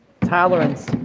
tolerance